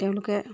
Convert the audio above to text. তেওঁলোকে